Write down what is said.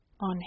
on